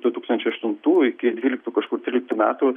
du tūkstančiai aštuntų iki dvyliktų kažkur tryliktų metų